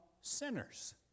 sinners